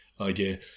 idea